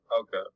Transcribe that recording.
Okay